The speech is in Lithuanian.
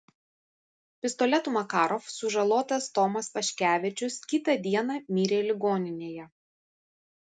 pistoletu makarov sužalotas tomas paškevičius kitą dieną mirė ligoninėje